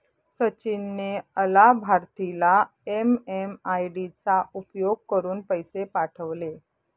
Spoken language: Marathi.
सचिन ने अलाभार्थीला एम.एम.आय.डी चा उपयोग करुन पैसे पाठवले